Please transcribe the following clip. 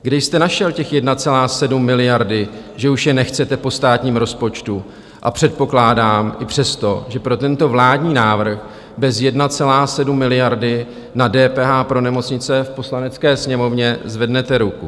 Kde jste našel těch 1,7 miliardy, že už je nechcete po státním rozpočtu, a předpokládám i přesto, že pro tento vládní návrh bez 1,7 miliardy na DPH pro nemocnice v Poslanecké sněmovně zvednete ruku?